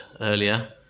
earlier